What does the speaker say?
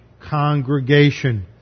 congregation